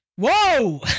whoa